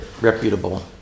reputable